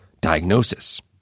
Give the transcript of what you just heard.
diagnosis